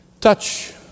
touch